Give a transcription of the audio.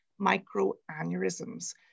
microaneurysms